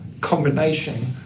combination